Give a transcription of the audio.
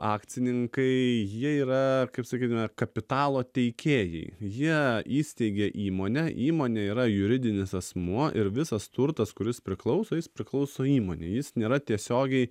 akcininkai jie yra kaip sakytume kapitalo teikėjai jie įsteigė įmonę įmonė yra juridinis asmuo ir visas turtas kuris priklauso jis priklauso įmonei jis nėra tiesiogiai